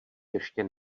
ještě